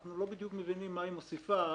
אנחנו לא בדיוק מבינים מה היא מוסיפה